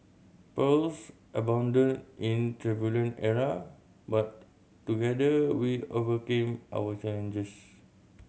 perils abounded in turbulent era but together we overcame our challenges